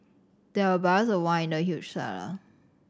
there were barrels of wine in the huge cellar